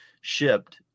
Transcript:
shipped